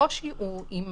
הקושי הוא עם